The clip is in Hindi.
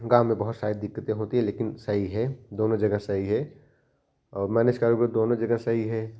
गाँव में बहुत सारी दिक्कतें होती हैं लेकिन सही है दोनों जगह सही है और मैनेज करोगे दोनों जगह सही है